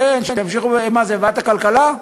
מה זה, ועדת הכלכלה?